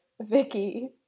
Vicky